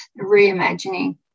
reimagining